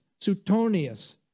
Suetonius